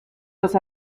los